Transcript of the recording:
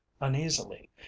uneasily